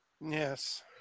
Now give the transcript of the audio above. Yes